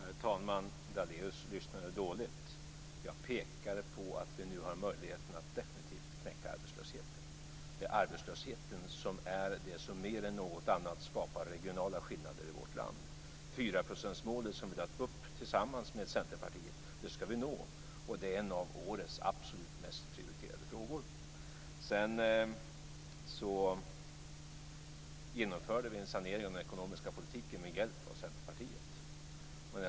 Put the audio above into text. Herr talman! Daléus lyssnade dåligt. Jag pekade på att vi nu har möjligheten att definitivt knäcka arbetslösheten. Det är arbetslösheten som mer än något annat skapar regionala skillnader i vårt land, 4 procentsmålet, som vi har lagt upp tillsammans med Centerpartiet, ska vi nå. Det är en av årets absolut mest prioriterade frågor. Vi genomförde en sanering av den ekonomiska politiken med hjälp av Centerpartiet.